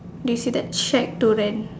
do you see that shared to rent